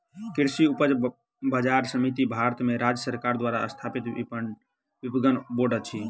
कृषि उपज बजार समिति भारत में राज्य सरकार द्वारा स्थापित विपणन बोर्ड अछि